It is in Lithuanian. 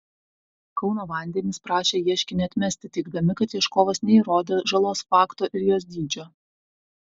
kauno vandenys prašė ieškinį atmesti teigdami kad ieškovas neįrodė žalos fakto ir jos dydžio